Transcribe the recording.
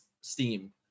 steam